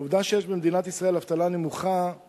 עובדה שיש במדינת ישראל אבטלה נמוכה,